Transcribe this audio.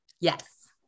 Yes